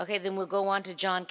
ok then we'll go on to john